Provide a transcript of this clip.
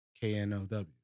K-N-O-W